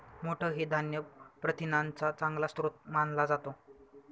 मोठ हे धान्य प्रथिनांचा चांगला स्रोत मानला जातो